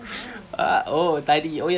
err anyway